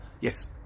yes